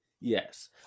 Yes